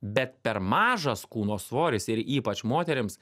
bet per mažas kūno svoris ir ypač moterims